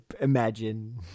imagine